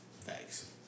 Thanks